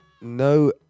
no